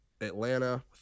Atlanta